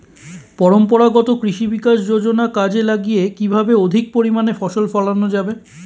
পরম্পরাগত কৃষি বিকাশ যোজনা কাজে লাগিয়ে কিভাবে অধিক পরিমাণে ফসল ফলানো যাবে?